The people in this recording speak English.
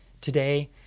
today